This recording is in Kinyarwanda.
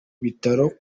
bitaro